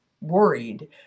worried